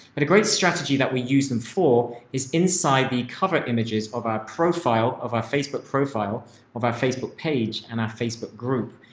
but a great strategy that we use them for is inside the cover images of our profile of our facebook profile of our facebook page and our facebook group.